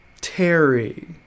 Terry